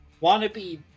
wannabe